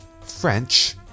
French